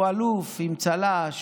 הוא אלוף עם צל"ש.